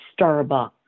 Starbucks